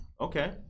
Okay